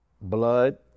blood